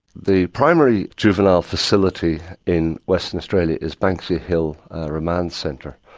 the primary juvenile facility in western australia is banksia hill remand centre.